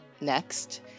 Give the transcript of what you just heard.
next